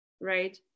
right